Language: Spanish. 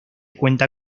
cuenta